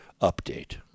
update